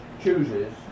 chooses